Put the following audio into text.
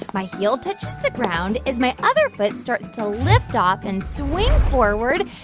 like my heel touches the ground as my other foot starts to lift off and swing forward.